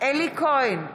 אלי כהן,